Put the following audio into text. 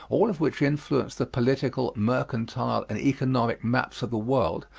all of which influence the political, mercantile and economic maps of the world,